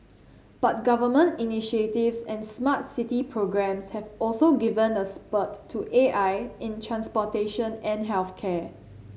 but government initiatives and smart city programs have also given a spurt to A I in transportation and health care